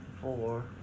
four